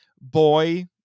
boy